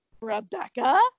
Rebecca